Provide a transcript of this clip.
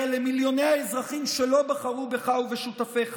אלא למיליוני האזרחים שלא בחרו בך ובשותפיך